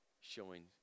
showing